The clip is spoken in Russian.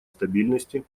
стабильности